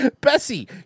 Bessie